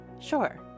Sure